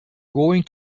going